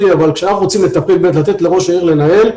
אבל כשאנחנו רוצים לטפל ולתת לראש העיר לנהל,